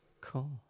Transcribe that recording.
Cool